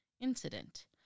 incident